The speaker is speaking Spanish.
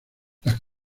las